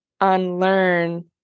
unlearn